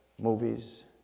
movies